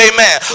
Amen